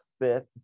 fifth